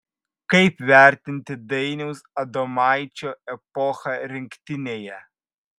kaip vertinti dainiaus adomaičio epochą rinktinėje